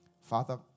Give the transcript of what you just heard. Father